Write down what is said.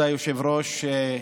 כבוד היושב-ראש,